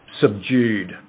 subdued